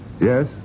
Yes